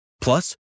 Plus